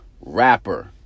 rapper